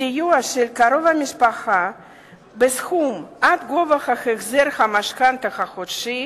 סיוע של קרוב משפחה בסכום עד גובה החזר המשכנתה החודשי